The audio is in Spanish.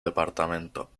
departamento